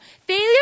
Failure